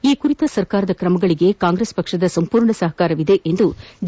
ಈ ಕುರಿತ ಸರ್ಕಾರದ ಕ್ರಮಗಳಿಗೆ ಕಾಂಗ್ರೆಸ್ ಪಕ್ಷದ ಸಂಪೂರ್ಣ ಸಹಕಾರವಿದೆ ಎಂದು ಡಿ